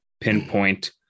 pinpoint